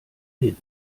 hin